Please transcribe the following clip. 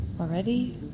Already